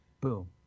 boom